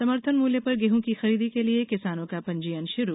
समर्थन मूल्य पर गेहूं की खरीदी के लिए किसानों का पंजीयन शुरू